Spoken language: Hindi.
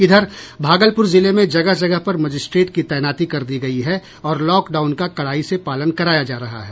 इधर भागलपुर जिले में जगह जगह पर मजिस्ट्रेट की तैनाती कर दी गयी है और लॉकडाउन का कड़ाई से पालन कराया जा रहा है